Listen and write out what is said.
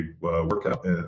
workout